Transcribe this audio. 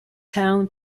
town